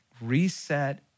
reset